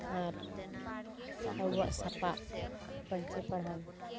ᱟᱨ ᱟᱵᱚᱣᱟᱜ ᱥᱟᱯᱟᱵ ᱯᱟᱹᱧᱪᱤ ᱯᱟᱲᱦᱟᱴ